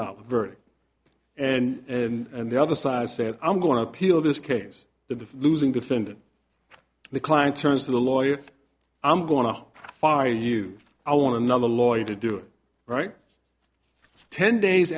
dollars very and and the other side said i'm going to appeal this case the losing defendant the client turns to the lawyer if i'm going to fire you i want another lawyer to do it right ten days